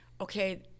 okay